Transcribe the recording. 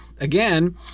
Again